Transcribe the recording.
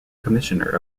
commissioner